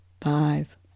Five